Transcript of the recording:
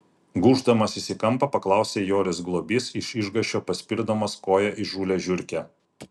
gūždamasis į kampą paklausė joris globys iš išgąsčio paspirdamas koja įžūlią žiurkę